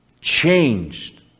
Changed